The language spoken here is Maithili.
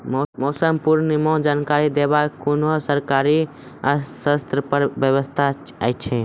मौसम पूर्वानुमान जानकरी देवाक कुनू सरकारी स्तर पर व्यवस्था ऐछि?